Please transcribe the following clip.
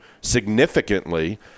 significantly